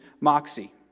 moxie